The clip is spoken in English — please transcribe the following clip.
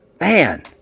man